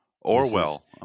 Orwell